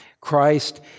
Christ